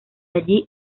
allí